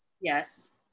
Yes